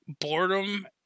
boredom